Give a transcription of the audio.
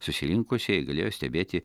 susirinkusieji galėjo stebėti